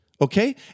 okay